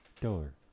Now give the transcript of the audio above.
Door